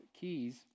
keys